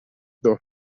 дуо